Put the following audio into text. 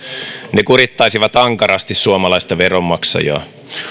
ne kurittaisivat ankarasti suomalaista veronmaksajaa